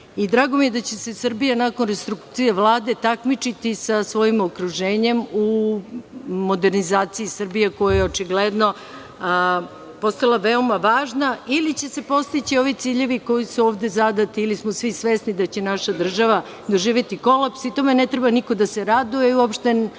toga. Drago mi je da će se Srbija nakon rekonstrukcije Vlade takmičiti sa svojim okruženjem u modernizaciji Srbije koja je očigledno postala veoma važna ili će se postići ovi ciljevi koji su ovde zadati ili smo svi svesni da će naša država doživeti kolaps. Tome ne treba niko da se raduje i ne